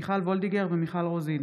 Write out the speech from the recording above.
מיכל וולדיגר ומיכל רוזין